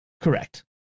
correct